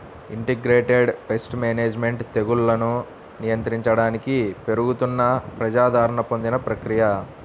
integrated pest management తెగుళ్లను నియంత్రించడానికి పెరుగుతున్న ప్రజాదరణ పొందిన ప్రక్రియ